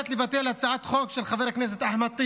לבטל את הצעת החוק של אחמד טיבי,